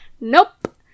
Nope